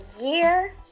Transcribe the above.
year